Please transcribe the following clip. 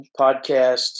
podcast